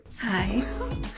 Hi